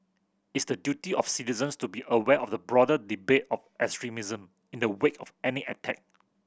it's the duty of citizens to be aware of the broader debate of extremism in the wake of any attack